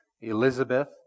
Elizabeth